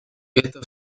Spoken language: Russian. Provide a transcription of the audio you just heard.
это